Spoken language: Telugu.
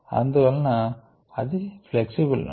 అందువలన ఇది ఫ్లెక్సిబుల్ నోడ్